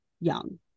young